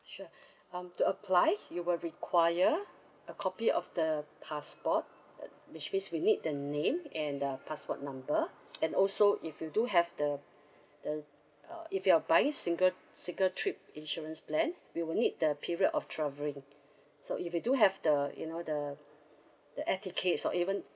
sure um to apply you will require a copy of the passport uh which means we need the name and the passport number and also if you do have the the uh if you're buying single single trip insurance plan we will need the period of travelling so if you do have the you know the the air tickets or even